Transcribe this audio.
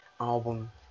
album